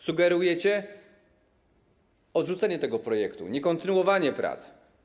Sugerujecie odrzucenie tego projektu, niekontynuowanie prac.